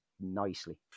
nicely